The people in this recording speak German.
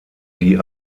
die